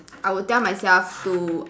I would tell myself to